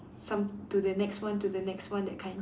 some to the next one to the next one that kind